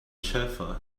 shepherd